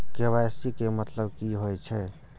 KYC के मतलब की होई छै?